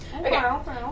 Okay